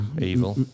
Evil